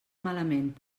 malament